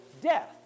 death